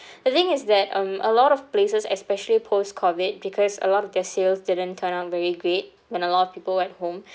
the thing is that um a lot of places especially post COVID because a lot of their sales didn't turn up very great when a lot of people at home